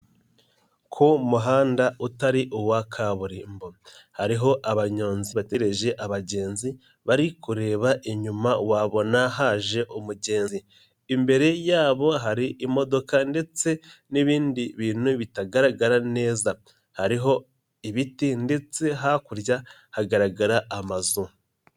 Ku muhanda utari uwa kaburimbo, hariho abanyonzi bategereje abagenzi, bari kureba inyuma wabona haje umugenzi, imbere yabo hari imodoka ndetse n'ibindi bintu bitagaragara neza, hariho ibiti ndetse hakurya hagaragara amazu.